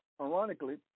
ironically